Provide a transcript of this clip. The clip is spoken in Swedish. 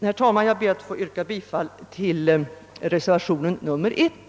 Herr talman! Jag yrkar bifall till reservation 1.